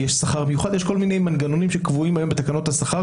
יש כל מיני מנגנונים שקבועים היום בתקנות השכר.